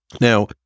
Now